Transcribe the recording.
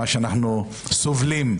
מה שאנחנו סובלים.